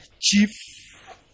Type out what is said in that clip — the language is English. chief